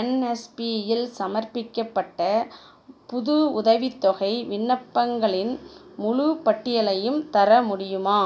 என்எஸ்பியில் சமர்ப்பிக்கப்பட்ட புது உதவித்தொகை விண்ணப்பங்களின் முழுப்பட்டியலையும் தர முடியுமா